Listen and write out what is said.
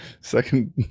second